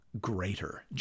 greater